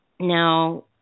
Now